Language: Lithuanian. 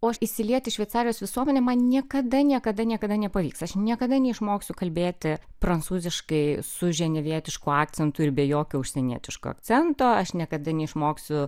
o aš įsilieti į šveicarijos visuomenę man niekada niekada niekada nepavyks aš niekada neišmoksiu kalbėti prancūziškai su ženevietišku akcentu ir be jokio užsienietiško akcento aš niekada neišmoksiu